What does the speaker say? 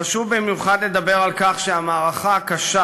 חשוב במיוחד לדבר על כך שהמערכה הקשה